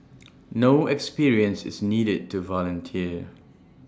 no experience is needed to volunteer